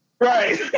Right